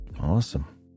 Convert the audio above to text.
Awesome